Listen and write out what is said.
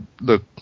look